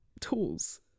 tools